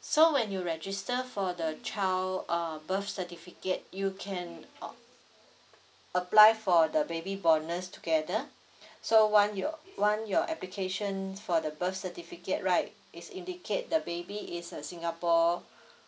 so when you register for the child uh birth certificate you can uh apply for the baby bonus together so one your one your application for the birth certificate right it's indicate the baby is a singapore